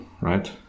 right